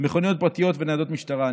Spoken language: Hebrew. מכוניות פרטיות וניידות משטרה,